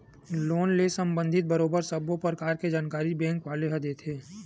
loan ले संबंधित बरोबर सब्बो परकार के जानकारी बेंक वाले ह देथे